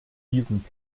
diesen